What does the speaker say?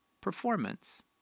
performance